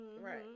right